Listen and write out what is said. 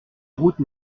route